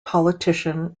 politician